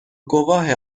گواه